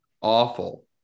awful